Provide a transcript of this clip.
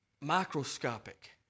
Microscopic